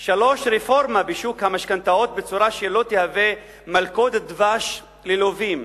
3. רפורמה בשוק המשכנתאות בצורה שלא תהווה מלכודת דבש ללווים,